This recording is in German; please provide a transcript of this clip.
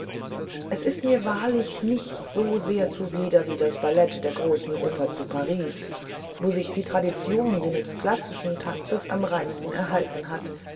es ist mir wahrlich nichts so sehr zuwider wie das ballett in der großen oper zu paris wo sich die tradition jenes klassischen tanzens am reinsten erhalten hat